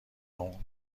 اون